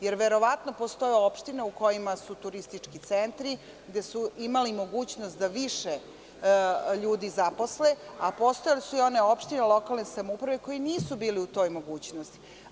Jer, verovatno postoje opštine u kojima su turistički centri, gde su imali mogućnost da više ljudi zaposle, a postojale su i one opštine i lokalne samouprave koje nisu bile u toj mogućnosti.